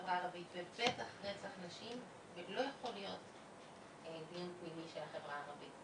הערבית ובטח רצח נשים לא יכול להיות דיון פנימי של החברה הערבית.